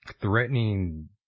threatening